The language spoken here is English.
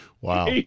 Wow